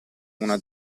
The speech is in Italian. una